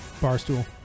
Barstool